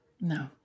No